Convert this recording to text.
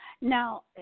Now